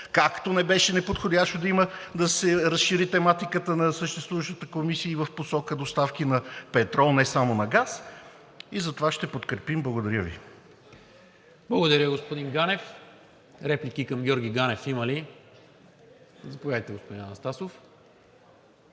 както не беше неподходящо да се разшири тематиката на съществуващата комисия и в посока доставки на петрол не само на газ, и затова ще подкрепим. Благодаря Ви. ПРЕДСЕДАТЕЛ НИКОЛА МИНЧЕВ: Благодаря, господин Ганев. Реплики към Георги Ганев има ли? Заповядайте, господин Анастасов.